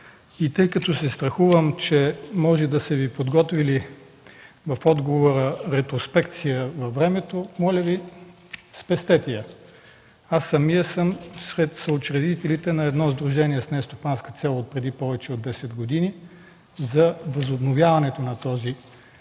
И тъй като се страхувам, че може да са Ви подготвили в отговора ретроспекция във времето, моля Ви, спестете я. Аз самият съм сред съучредителите на едно сдружение с нестопанска цел от преди повече от 10 години за възобновяването на този проект